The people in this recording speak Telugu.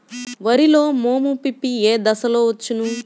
వరిలో మోము పిప్పి ఏ దశలో వచ్చును?